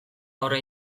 aurre